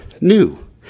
new